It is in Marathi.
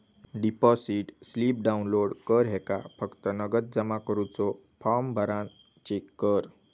डिपॉसिट स्लिप डाउनलोड कर ह्येका फक्त नगद जमा करुचो फॉर्म भरान चेक कर